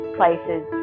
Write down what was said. places